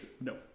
No